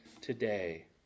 today